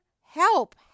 help